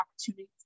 opportunities